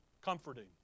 comforting